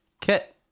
kit